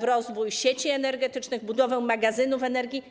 w rozwój sieci energetycznych, budowę magazynów energii.